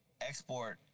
export